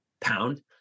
pound